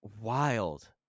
wild